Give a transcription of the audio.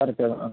അര കിലോ ആ